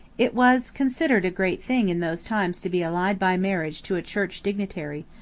it was considered a great thing in those times to be allied by marriage to a church dignitary,